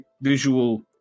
visual